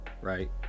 Right